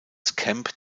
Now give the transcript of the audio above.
camp